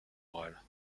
orale